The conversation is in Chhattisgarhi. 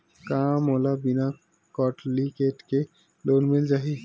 का मोला बिना कौंटलीकेट के लोन मिल जाही?